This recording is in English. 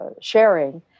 sharing